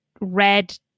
red